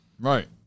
right